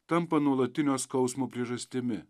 tampa nuolatinio skausmo priežastimi